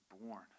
born